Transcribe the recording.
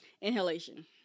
inhalation